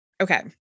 okay